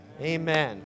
Amen